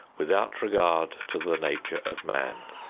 without regard to the nature of man,